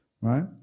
right